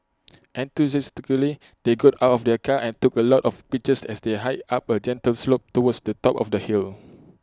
enthusiastically they got out of their car and took A lot of pictures as they hiked up A gentle slope towards the top of the hill